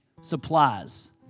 supplies